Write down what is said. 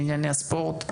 לענייני ספורט.